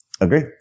Agree